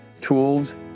tools